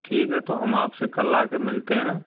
ठीक है तो हम आपसे कल आके मिलते हैं